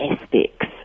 aspects